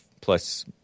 plus